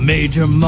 Major